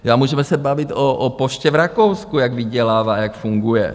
A můžeme se bavit o poště v Rakousku, jak vydělává, jak funguje.